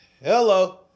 Hello